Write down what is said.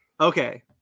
okay